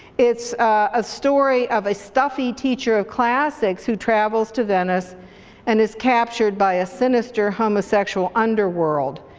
it's a story of a stuffy teacher of classics who travels to venice and is captured by a sinister homosexual underworld.